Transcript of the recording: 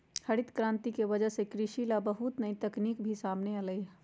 हरित करांति के वजह से कृषि ला बहुत नई तकनीक भी सामने अईलय है